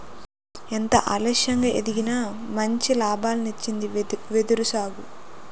ఎంతో ఆలస్యంగా ఎదిగినా మంచి లాభాల్నిచ్చింది వెదురు సాగు